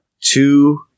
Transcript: two